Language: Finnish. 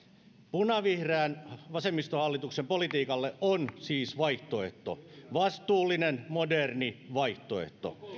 punavihreän vasemmistohallituksen politiikalle on siis vaihtoehto vastuullinen moderni vaihtoehto